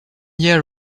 year